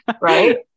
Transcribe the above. right